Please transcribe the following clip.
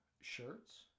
shirts